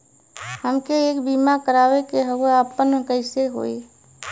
हमके एक बीमा करावे के ह आपन कईसे होई?